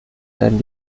werden